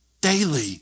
Daily